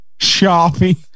sharpie